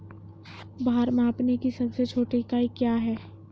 भार मापने की सबसे छोटी इकाई क्या है?